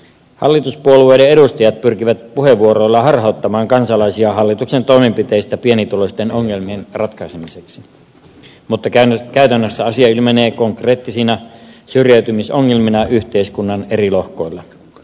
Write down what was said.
hallituspuolueiden edustajat pyrkivät puheenvuoroillaan harhauttamaan kansalaisia hallituksen toimenpiteistä pienituloisten ongelmien ratkaisemiseksi mutta käytännössä asia ilmenee konkreettisina syrjäytymisongelmina yhteiskunnan eri lohkoilla